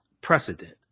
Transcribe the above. precedent